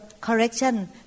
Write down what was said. correction